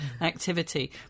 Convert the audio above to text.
activity